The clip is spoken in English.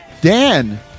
Dan